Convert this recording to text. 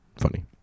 funny